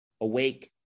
awake